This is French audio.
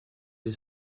des